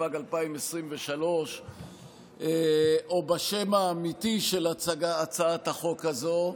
התשפ"ג 2023. או בשם האמיתי של הצעת החוק הזו: